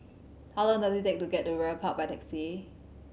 how long does it take to get to Ridley Park by taxi